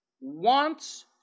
wants